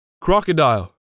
Crocodile